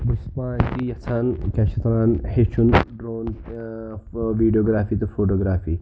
بہٕ چھُس پانہٕ تہِ یَژھان کیٛاہ چھِ اَتھ وَنان ہیٚچھُن ڈرٛوٗن ٲں ویٖڈیوگرٛافی تہٕ فوٗٹوٗگرٛافی